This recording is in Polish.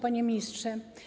Panie Ministrze!